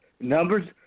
numbers